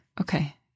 Okay